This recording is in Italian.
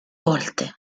volte